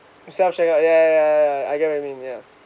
self check out yeah yeah yeah yeah yeah I get what you mean yeah